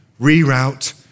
reroute